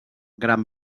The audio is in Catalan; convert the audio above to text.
gran